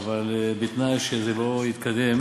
אבל בתנאי שזה לא יתקדם